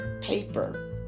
paper